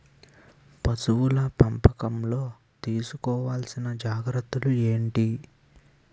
పశువుల పెంపకంలో తీసుకోవల్సిన జాగ్రత్త లు ఏంటి?